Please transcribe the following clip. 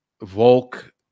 Volk